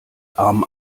arm